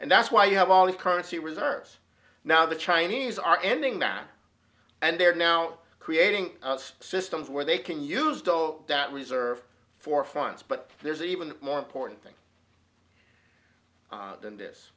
and that's why you have all these currency reserves now the chinese are ending that and they're now creating systems where they can use dog that reserve for funds but there's even more important things than this